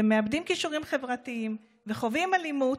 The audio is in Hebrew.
מאבדים כישורים חברתיים וחווים אלימות.